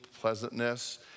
pleasantness